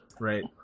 right